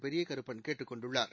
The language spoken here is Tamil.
பெரியகருப்பன் கேட்டுக் கொண்டுள்ளார்